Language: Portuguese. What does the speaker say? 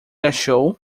achou